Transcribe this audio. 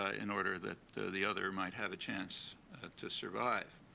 ah in order that the the other might have a chance to survive.